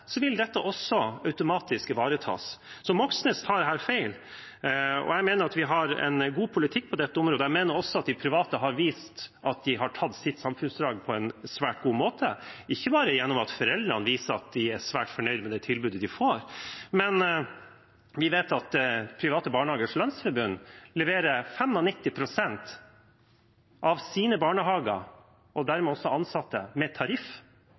mener også at de private har vist at de har utført sitt samfunnsoppdrag på en god måte, ikke bare gjennom at foreldrene viser at de er svært fornøyd med det tilbudet de får, men vi vet at Private Barnehagers Landsforbund gir 95 pst. av sine barnehager, og dermed også ansatte, en tariff